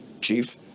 chief